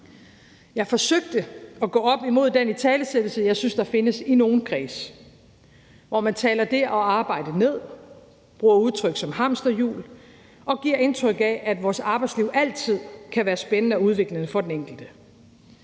Jeg forsøgte at gå op imod den italesættelse, jeg synes der findes i nogle kredse, hvor man taler det at arbejde ned, bruger udtryk som hamsterhjul og giver indtryk af, at vores arbejdsliv altid kan være spændende og udviklende for den enkelte.